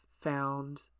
found